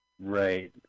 Right